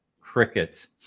crickets